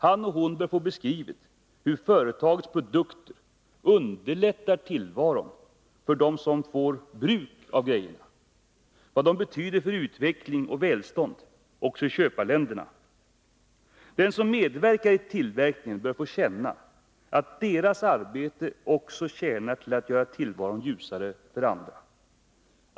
Han och hon bör få beskrivet hur företagets produkter underlättar tillvaron för dem som får bruk av grejerna — vad de betyder för utveckling och välstånd också i köparländerna. De som medverkar i tillverkningen bör få känna att deras arbete också tjänar till att göra tillvaron ljusare för andra.